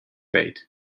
bait